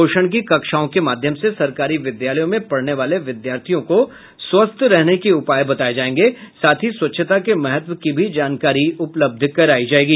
पोषण की कक्षाओं के माध्यम से सरकारी विद्यालयों में पढ़ने वाले विद्यार्थियों को स्वस्थ्य रहने के उपाय बताये जायेंगे साथ ही स्वच्छता के महत्व की भी जानकारी उपलब्ध करायी जायेगी